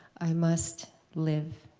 i must live.